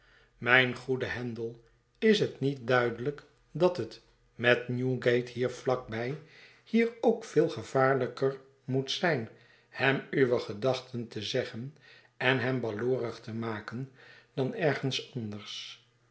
mijn goede handel is het niet duidelijkdat het met newgate hier vlak bij hier ook veel gevaarlijker moet zijn hem uwe gedachten te zeggen en hem baloorig te maken dan ergens anders